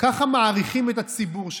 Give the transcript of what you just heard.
ככה מעריכים את הציבור שלכם,